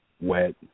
wet